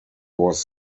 was